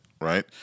right